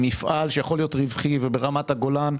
היא מפעל שיכול להיות רווחי ברמת הגולן,